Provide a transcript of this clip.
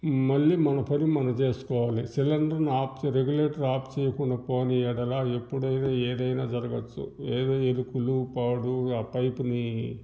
మళ్ళీ మన పనులు మనం చేసుకోవాలి సిలిండర్ని ఆఫ్ చేయ రెగ్యులేటర్ని ఆఫ్ చేయకుండా పోనియడల ఎప్పుడైనా ఏదైనా జరగొచ్చు ఏదో ఎలుకులు పాడు ఆ పైపుని